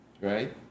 right